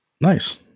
Nice